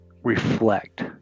reflect